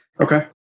Okay